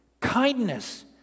kindness